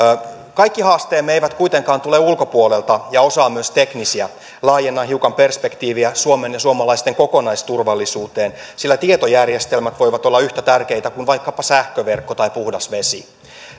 kaikki haasteemme eivät kuitenkaan tule ulkopuolelta ja osa on myös teknisiä laajennan hiukan perspektiiviä suomen ja suomalaisten kokonaisturvallisuuteen sillä tietojärjestelmät voivat olla yhtä tärkeitä kuin vaikkapa sähköverkko tai puhdas vesi